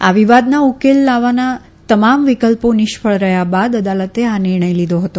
આ વિવાદનો ઉકેલ લાવવાના તમામ વિકલ્પો નિષ્ફળ રહયા બાદ અદાલતે આ નિર્ણય લીધો હતો